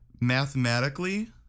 mathematically